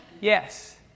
yes